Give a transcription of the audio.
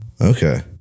okay